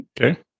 Okay